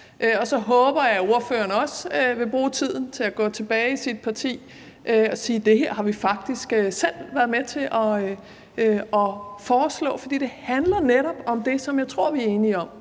Og så håber jeg, at ordføreren også vil bruge tiden til at gå tilbage til sit parti og sige: Det her har vi faktisk selv været med til at foreslå. For det handler netop om det, som jeg tror vi er enige om: